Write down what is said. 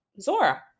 Zora